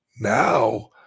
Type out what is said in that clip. Now